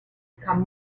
become